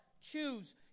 choose